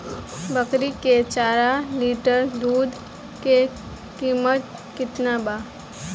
बकरी के चार लीटर दुध के किमत केतना बा?